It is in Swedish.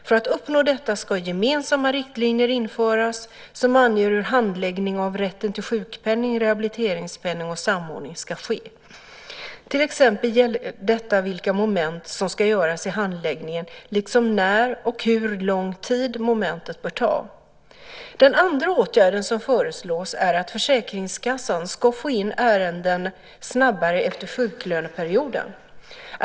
För att uppnå detta ska gemensamma riktlinjer införas som anger hur handläggning av rätten till sjukpenning, rehabiliteringspenning och samordning ska ske. Till exempel gäller detta vilka moment som ska göras i handläggningen liksom när och hur lång tid momentet bör ta. Den andra åtgärden som föreslås är att försäkringskassan ska få in ärenden snabbare efter sjuklöneperioden.